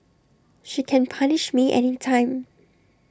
she can punish me anytime